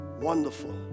wonderful